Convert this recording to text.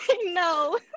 No